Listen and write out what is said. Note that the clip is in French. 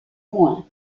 moins